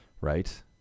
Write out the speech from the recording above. right